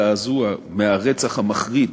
להביע זעזוע מהרצח המחריד